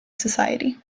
society